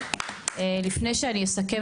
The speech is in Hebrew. לפני שאני אסכם,